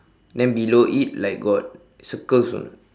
then below it like got circles or not